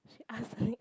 she asked for it